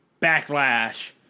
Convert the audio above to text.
Backlash